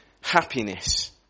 happiness